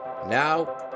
Now